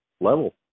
level